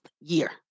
year